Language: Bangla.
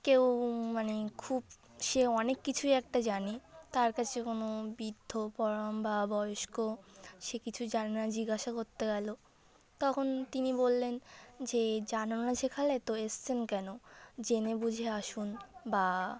কেউ মানে খুব সে অনেক কিছুই একটা জানে তার কাছে কোনো বৃদ্ধ বড়ো বা বয়স্ক সে কিছু জানে না জিজ্ঞাসা করতে গেলো তখন তিনি বললেন যে জানো না যেখানে তো এসছেন কেনো জেনে বুঝে আসুন বা